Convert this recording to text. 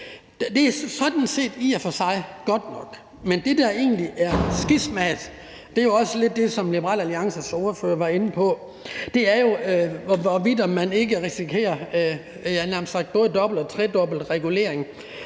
Det er sådan set i og for sig godt nok. Men det, der egentlig er skismaet, er også det, som Liberal Alliances ordfører, var inde på, altså om man ikke risikerer både dobbelt- og tredobbelt regulering